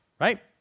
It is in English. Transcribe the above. right